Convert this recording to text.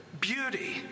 beauty